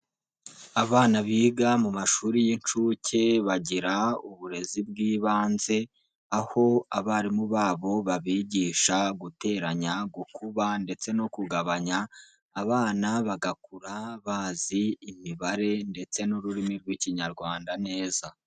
Abana biga mu mashuri y'inshuke bagira uburezi bw'ibanze aho abarimu babo babigisha guteranya, gukuba ndetse no kugabanya, abana bagakura bazi imibare ndetse n'ururimi rw'Ikinyarwanda neza.